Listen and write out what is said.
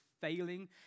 failing